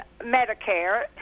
Medicare